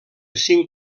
cinc